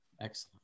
Excellent